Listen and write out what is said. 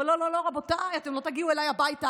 אבל לא, לא, לא, רבותיי, אתם לא תגיעו אליי הביתה.